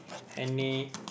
any